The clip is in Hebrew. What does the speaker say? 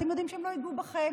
אתם יודעים שהן לא ייגעו בכם,